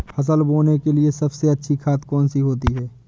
फसल बोने के लिए सबसे अच्छी खाद कौन सी होती है?